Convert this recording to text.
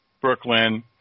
Brooklyn